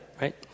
right